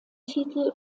titel